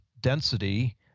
density